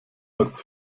als